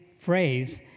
phrase